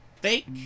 fake